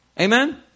Amen